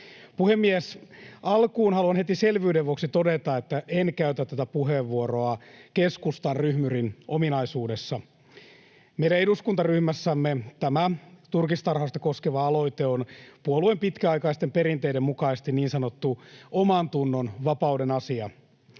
Puhemies! Alkuun haluan heti selvyyden vuoksi todeta, että en käytä tätä puheenvuoroa keskustan ryhmyrin ominaisuudessa. Meidän eduskuntaryhmässämme tämä turkistarhausta koskeva aloite on puolueen pitkäaikaisten perinteiden mukaisesti niin sanottu omantunnonvapauden asia.